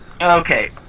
Okay